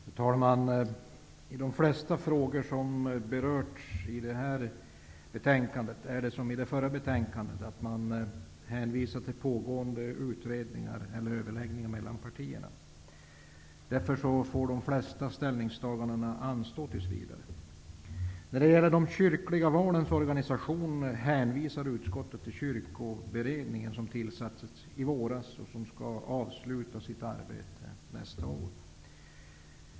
Herr talman! I de flesta frågor som berörts i detta betänkande hänvisar man, liksom i det förra betänkandet, till pågående utredningar eller överläggningar mellan partierna. Därför får de flesta ställningstaganden anstå tills vidare. När det gäller de kyrkliga valens organisation hänvisar utskottet till kyrkoberedningen, som tillsattes i våras och som skall avsluta sitt arbete nästa år.